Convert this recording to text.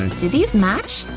do these match?